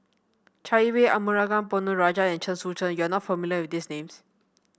Chai Yee Wei Arumugam Ponnu Rajah and Chen Sucheng you are not familiar with these names